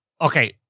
Okay